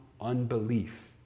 unbelief